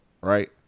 Right